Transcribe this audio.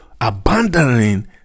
abandoning